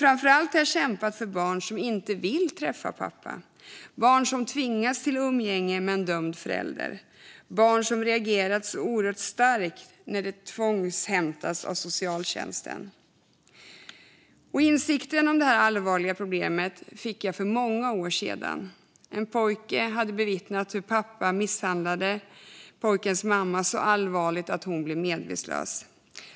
Framför allt har jag kämpat för barn som inte vill träffa sin pappa, barn som tvingats till umgänge med en dömd förälder och barn som reagerat oerhört starkt när de tvångshämtats av socialtjänsten. Insikten om detta allvarliga problem fick jag för många år sedan. En pojke hade bevittnat hur pappan misshandlade mamman så allvarligt att hon blev medvetslös.